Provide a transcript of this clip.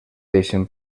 deixen